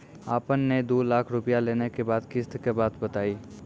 आपन ने दू लाख रुपिया लेने के बाद किस्त के बात बतायी?